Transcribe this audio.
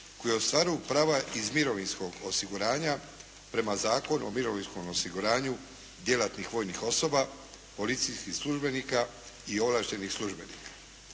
koji ostvaruju prava iz mirovinskog osiguranja prema Zakonu o mirovinskom osiguranju djelatnih vojnih osoba, policijskih službenika i ovlaštenih službenika.